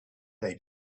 they